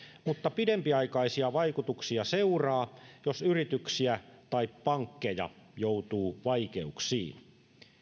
mutta pidempiaikaisia vaikutuksia seuraa jos yrityksiä tai pankkeja joutuu vaikeuksiin